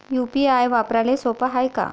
UPI वापराले सोप हाय का?